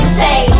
say